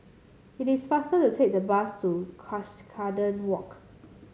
it is faster to take the bus to Cuscaden Walk